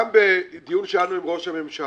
גם בדיון שהיה לנו עם ראש הממשלה